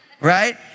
right